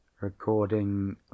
Recording